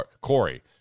Corey